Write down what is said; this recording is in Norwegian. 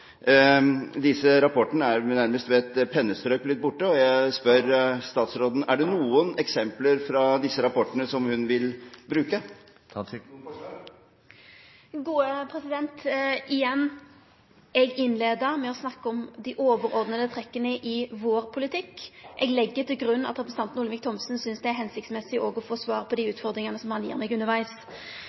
Disse rapportene er nærmest ved et pennestrøk blitt borte. Jeg spør statsråden: Er det noen eksempler fra disse rapportene som hun vil bruke til noen forslag? Igjen: Eg innleia med å snakke om dei overordna trekka i vår politikk. Eg legg til grunn at representanten Olemic Thommessen synest det er hensiktsmessig òg å få svar på dei utfordringane som han gjev meg